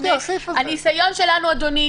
אדוני,